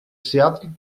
seattle